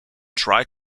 dry